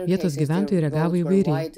vietos gyventojai reagavo įvairiai